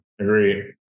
Agree